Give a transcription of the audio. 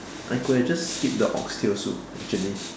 I could have just skipped the ox tail soup actually